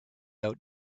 out